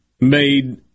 made